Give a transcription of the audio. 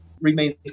remains